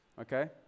okay